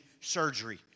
surgery